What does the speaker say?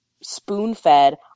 spoon-fed